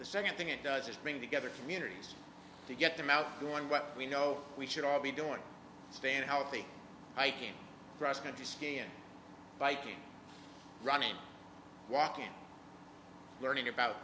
the second thing it does is bring together communities to get them out doing what we know we should all be doing stand healthy hiking cross country skiing biking running walking learning about